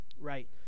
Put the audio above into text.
right